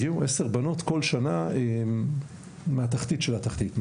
הגיעו עשר בנות, בכל שנה, מהתחתית של התחתית.